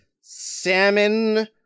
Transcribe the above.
Salmon